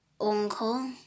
uncle